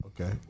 Okay